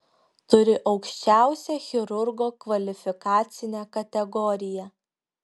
turi aukščiausią chirurgo kvalifikacinę kategoriją